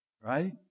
Right